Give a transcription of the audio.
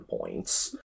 points